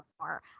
more